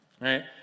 Right